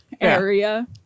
area